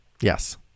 Yes